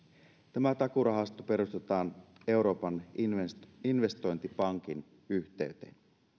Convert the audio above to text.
tämä takuurahasto perustetaan euroopan investointipankin yhteyteen